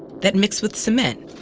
that mix with cement,